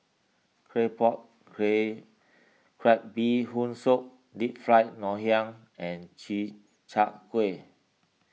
Claypot Crab Bee Hoon Soup Deep Fried Ngoh Hiang and Chi Kak Kuih